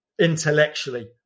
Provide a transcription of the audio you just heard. intellectually